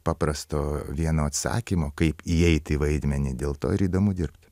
paprasto vieno atsakymo kaip įeit į vaidmenį dėl to ir įdomu dirbt